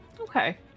Okay